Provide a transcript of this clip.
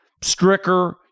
Stricker